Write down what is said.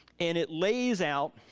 and it lays out